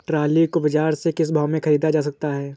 Trolley को बाजार से किस भाव में ख़रीदा जा सकता है?